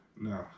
No